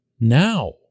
now